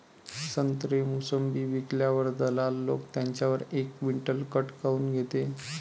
संत्रे, मोसंबी विकल्यावर दलाल लोकं त्याच्यावर एक क्विंटल काट काऊन घेते?